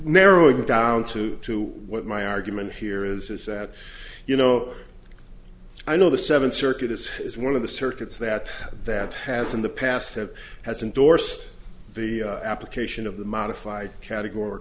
narrow it down to two what my argument here is is that you know i know the seventh circuit as is one of the circuits that that has in the past that hasn't dorce the application of the modified categor